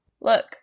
look